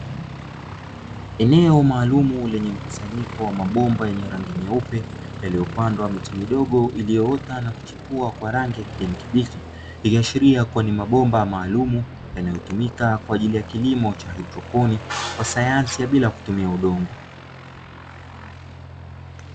Eneo maalumu lenye mkusanyiko wa mabomba yenye rangi nyeupe yaliyopandwa miche midogo iliyoota na kuchipua kwa rangi ya kijani kibichi, ikiashiria kuwa ni mabomba maalumu yanayotumika kwa ajili ya kilimo cha haidroponi, kwa sayani ya bila kutumia udongo.